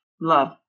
love